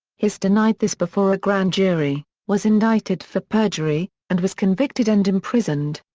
hiss denied this before a grand jury, was indicted for perjury, and was convicted and imprisoned.